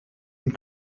and